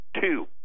two